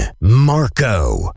Marco